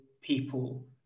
people